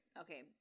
Okay